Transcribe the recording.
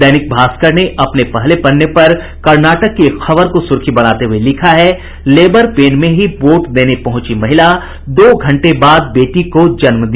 दैनिक भास्कर ने अपने पहले पन्ने पर कर्नाटक की एक खबर को सुर्खी बनाते हुए लिखा है लेबर पेन में ही वोट देने पहुंची महिला दो घंटे बाद बेटी को जन्म दिया